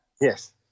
Yes